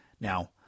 Now